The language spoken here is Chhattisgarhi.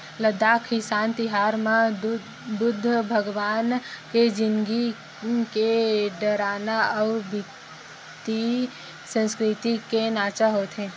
लद्दाख किसान तिहार म बुद्ध भगवान के जिनगी के डरामा अउ तिब्बती संस्कृति के नाचा होथे